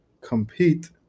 compete